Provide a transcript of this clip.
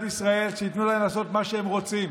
ישראל שייתנו להם לעשות מה שהם רוצים.